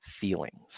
feelings